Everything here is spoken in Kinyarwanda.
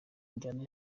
injyana